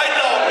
לא היית,